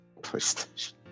PlayStation